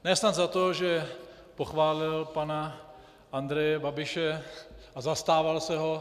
Ne snad za to, že pochválil pana Andreje Babiše a zastával se ho.